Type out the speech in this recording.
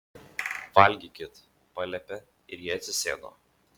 valgykit paliepė ir jie atsisėdo